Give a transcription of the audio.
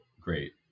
great